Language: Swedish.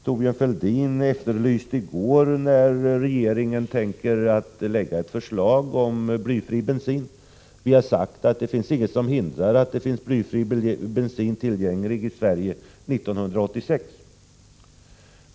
Thorbjörn Fälldin efterlyste i går uppgifter om när regeringen tänker framlägga ett förslag om blyfri bensin. Vi har sagt att det är inget som hindrar att det finns blyfri bensin tillgänglig i Sverige 1986.